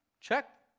check